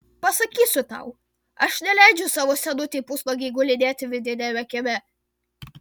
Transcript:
pasakysiu tau aš neleidžiu savo senutei pusnuogei gulinėti vidiniame kieme